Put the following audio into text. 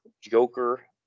Joker